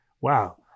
wow